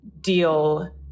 deal